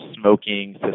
smoking